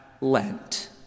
Lent